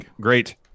great